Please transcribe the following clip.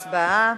הצבעה.